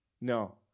No